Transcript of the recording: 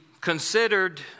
considered